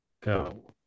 go